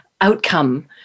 outcome